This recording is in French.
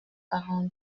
quarante